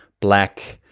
black.